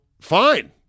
fine